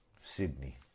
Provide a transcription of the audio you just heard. Sydney